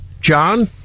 John